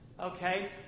Okay